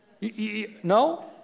No